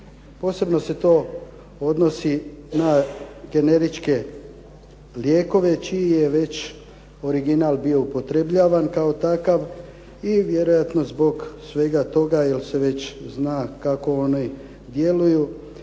Posebno se to odnosi na generičke lijekove čiji je već original bio upotrebljavan kao takav i vjerojatno zbog svega toga jel' se već zna kako oni djeluju